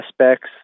aspects